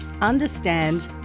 understand